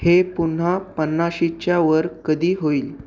हे पुन्हा पन्नाशीच्या वर कधी होईल